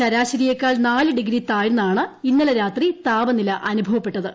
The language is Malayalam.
ശരാശരിയെക്കാൾ നാല് ഡിഗ്രി താഴ്ന്നാണ് ഇന്നലെ രാത്രി താപനില അനുഭവപ്പെട്ടത്